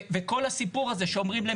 וכל הסיפור הזה שאומרים,